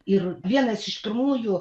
ir vienas iš pirmųjų